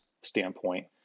standpoint